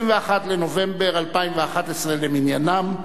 21 בנובמבר 2011 למניינם,